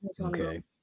okay